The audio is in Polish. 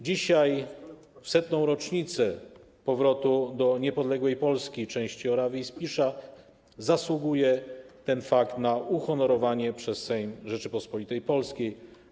Dzisiaj, w 100. rocznicę powrotu do niepodległej Polski części Orawy i Spiszu, zasługuje ten fakt na uhonorowanie przez Sejm Rzeczypospolitej Polskiej.